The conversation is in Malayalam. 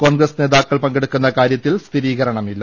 കോൺഗ്രസ് നേതാക്കൾ പങ്കെടുക്കുന്ന കാര്യത്തിൽ സ്ഥിരീകരണമില്ല